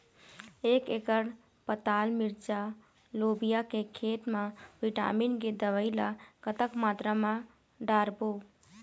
एक एकड़ पताल मिरचा लोबिया के खेत मा विटामिन के दवई ला कतक मात्रा म डारबो?